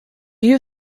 you